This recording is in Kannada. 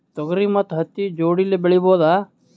ತೊಗರಿ ಮತ್ತು ಹತ್ತಿ ಜೋಡಿಲೇ ಬೆಳೆಯಬಹುದಾ?